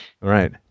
Right